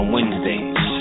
Wednesdays